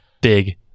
big